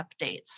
updates